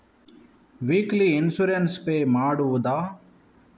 Weekly insurance pay ಮಾಡುವುದ?